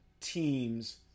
teams